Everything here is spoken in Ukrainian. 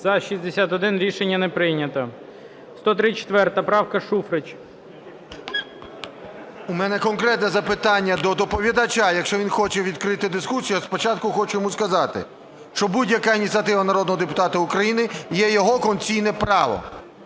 14:48:41 ШУФРИЧ Н.І. У мене конкретне запитання до доповідача, якщо він хоче відкриту дискусію. Але спочатку хочу йому сказати, що будь-яка ініціатива народного депутата України є його конституційним правом.